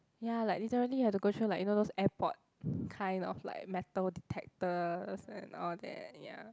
ya like literally you've to go through like you know those airport kind of like metal detectors and all that ya